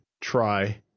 try